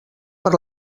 per